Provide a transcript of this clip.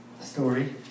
story